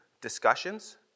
discussions